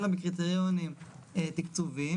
אלא בקריטריונים תקצוביים,